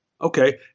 Okay